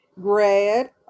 grad